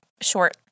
short